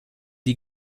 die